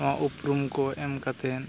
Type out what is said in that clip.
ᱱᱚᱣᱟ ᱩᱯᱨᱩᱢᱠᱚ ᱮᱢ ᱠᱟᱛᱮ